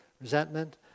resentment